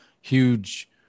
huge